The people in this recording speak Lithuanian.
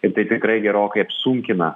ir tai tikrai gerokai apsunkina